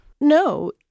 No